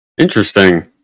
Interesting